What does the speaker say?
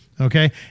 Okay